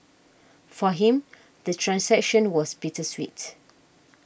for him the transition was bittersweet